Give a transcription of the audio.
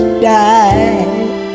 die